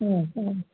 অঁ অঁ